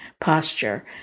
posture